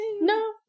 No